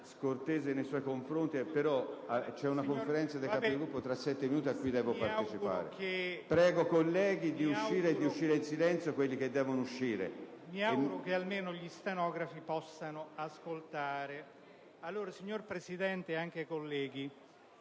Mi auguro che almeno gli stenografi possano ascoltare. Signor Presidente, colleghi,